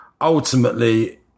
ultimately